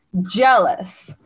jealous